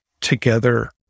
together